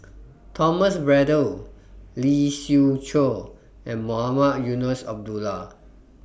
Thomas Braddell Lee Siew Choh and Mohamed Eunos Abdullah